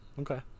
okay